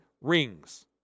rings